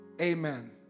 Amen